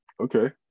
Okay